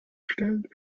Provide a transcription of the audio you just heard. stellen